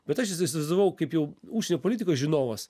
bet aš įsi įsivaizdavau kaip jau užsienio politikos žinovas